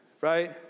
right